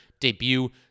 debut